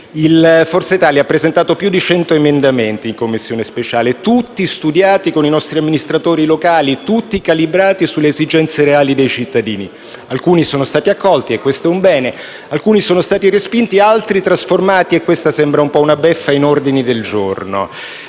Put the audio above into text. Forza Italia ha presentato più di 100 emendamenti in Commissione speciale, tutti studiati con i nostri amministratori locali, tutti calibrati sulle esigenze reali dei cittadini. Alcuni sono stati approvati - e questo è un bene - altri sono stati respinti, altri ancora trasformati - e questa sembra un po' una beffa - in ordini del giorno.